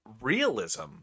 Realism